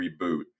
reboot